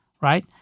right